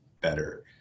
better